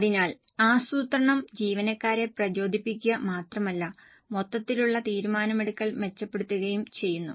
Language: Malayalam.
അതിനാൽ ആസൂത്രണം ജീവനക്കാരെ പ്രചോദിപ്പിക്കുക മാത്രമല്ല മൊത്തത്തിലുള്ള തീരുമാനമെടുക്കൽ മെച്ചപ്പെടുത്തുകയും ചെയ്യുന്നു